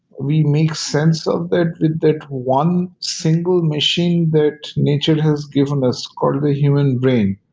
we make sense of that with that one single machine that nature has given us called the human brain.